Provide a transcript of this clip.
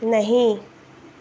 नहीं